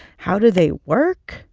how do they work?